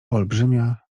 olbrzymia